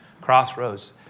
Crossroads